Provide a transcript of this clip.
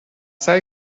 سعی